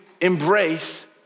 embrace